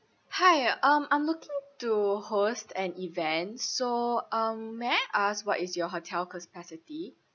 hi um I'm looking to host an event so um may I ask what is your hotel capacity